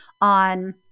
on